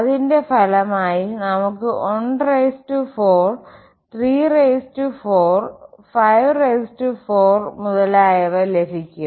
അതിന്റെ ഫലമായി നമുക്ക് 14 34 54 മുതലായവ ലഭിക്കും